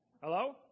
Hello